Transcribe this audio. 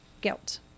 Guilt